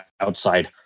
outside